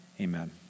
Amen